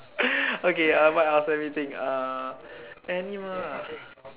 okay uh what else let me think uh animal ah